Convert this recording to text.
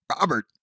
Robert